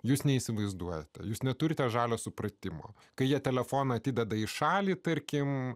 jūs neįsivaizduojate jūs neturite žalio supratimo kai jie telefoną atideda į šalį tarkim